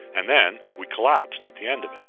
and then we collapsed at the end of it.